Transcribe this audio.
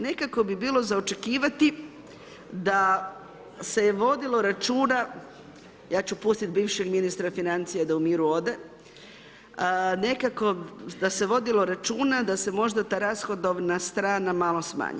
Nekako bi bilo za očekivati da se je vodilo računa, ja ću pustiti bivšeg ministra financija da u miru ode, nekako da se vodilo računa da se možda ta rashodovna strana malo smanji.